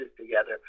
together